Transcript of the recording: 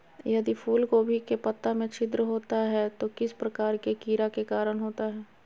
यदि फूलगोभी के पत्ता में छिद्र होता है तो किस प्रकार के कीड़ा के कारण होता है?